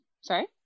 Sorry